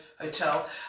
Hotel